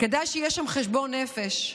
כדאי שיהיה שם חשבון נפש.